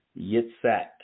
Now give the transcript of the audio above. Yitzhak